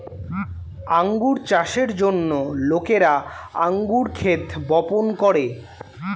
আঙ্গুর চাষের জন্য লোকেরা আঙ্গুর ক্ষেত বপন করে